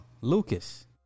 Lucas